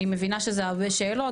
אני מבינה שאלה הרבה שאלות,